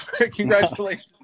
Congratulations